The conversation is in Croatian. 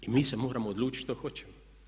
I mi se moramo odlučiti što hoćemo.